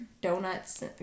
donuts